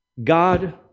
God